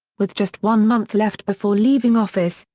with just one month left before leaving office,